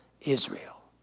Israel